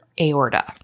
aorta